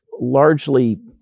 largely